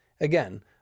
Again